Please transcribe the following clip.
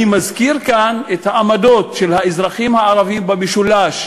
אני מזכיר כאן את העמדות של האזרחים הערבים במשולש,